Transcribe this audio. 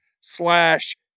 slash